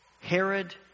Herod